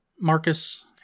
Marcus